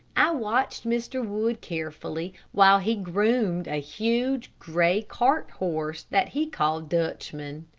i watched mr. wood carefully, while he groomed a huge, gray cart-horse, that he called dutchman.